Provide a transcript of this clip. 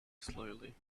slowly